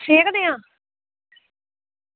सेक देआं